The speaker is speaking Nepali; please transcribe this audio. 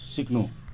सिक्नु